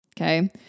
okay